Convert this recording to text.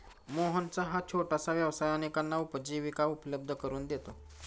मोहनचा हा छोटासा व्यवसाय अनेकांना उपजीविका उपलब्ध करून देतो